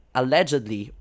allegedly